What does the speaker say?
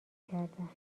کردم